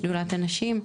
שדולת הנשים,